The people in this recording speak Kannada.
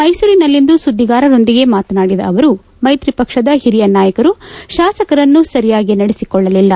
ಮೈಸೂರಿನಲ್ಲಿಂದು ಸುದ್ದಿಗಾರರೊಂದಿಗೆ ಮಾತನಾಡಿದ ಅವರು ಮೈತ್ರಿ ಪಕ್ಷದ ಹಿರಿಯ ನಾಯಕರು ಶಾಸಕರನ್ನು ಸರಿಯಾಗಿ ನಡೆಸಿಕೊಳ್ಳಲಿಲ್ಲ